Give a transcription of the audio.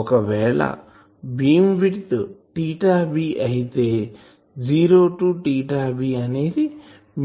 ఒకవేళ beam width b అయితే 0 two b అనేది